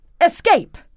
escape